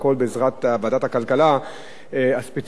והכול בעזרת ועדת הכלכלה הספציפית,